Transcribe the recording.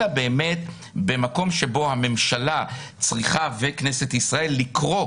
אלא במקום שבו הממשלה וכנסת ישראל צריכות לקרוא